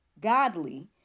godly